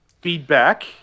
feedback